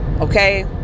okay